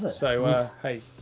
ah so, ah, hey.